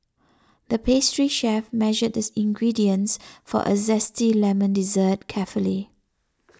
the pastry chef measured this ingredients for a Zesty Lemon Dessert carefully